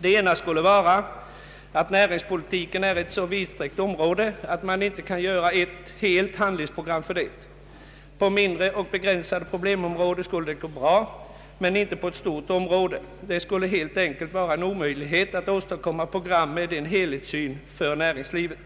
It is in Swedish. Det ena skulle vara att näringspolitiken är ett så vidsträckt område att man inte kan göra ett helt handlingsprogram för det. På mindre och begränsade problem områden skulle det gå bra, men inte på ett stort område. Det skulle helt enkelt vara en omöjlighet att åstadkomma ett program med en helhetssyn för näringslivet.